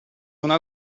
una